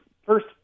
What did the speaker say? first